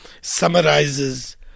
summarizes